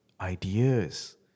ideas